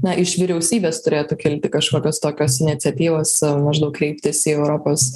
na iš vyriausybės turėtų kilti kažkokios tokios iniciatyvos maždaug kreiptis į europos